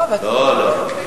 לא, לא.